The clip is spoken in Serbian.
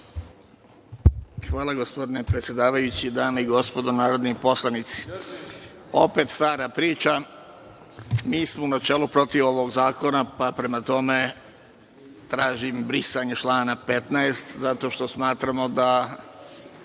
Hvala gospodine predsedavajući. Dame i gospodo narodni poslanici, opet stara priča. Mi smo u načelu protiv ovog zakona pa prema tome tražim brisanje člana 15. zato što smatramo da